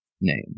name